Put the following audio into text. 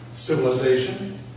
Civilization